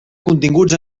continguts